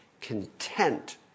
content